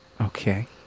okay